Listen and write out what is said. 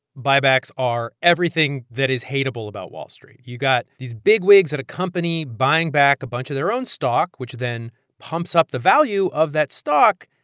buybacks are everything that is hateable about wall street. you got these bigwigs at a company buying back a bunch of their own stock which then pumps up the value of that stock.